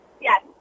Yes